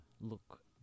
look